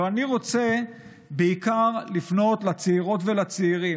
אבל אני רוצה בעיקר לפנות לצעירות ולצעירים,